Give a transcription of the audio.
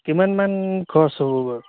কিমানমান খৰচ হ'ব বাৰু